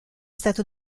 stato